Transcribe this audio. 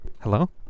Hello